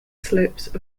slopes